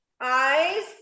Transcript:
eyes